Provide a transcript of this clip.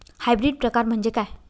Hybrid प्रकार म्हणजे काय?